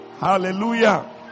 Hallelujah